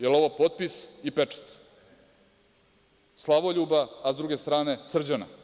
Da li je ovo potpis i pečat Slavoljuba, a s druge strane Srđana?